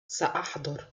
سأحضر